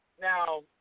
now